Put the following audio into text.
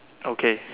okay